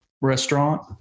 restaurant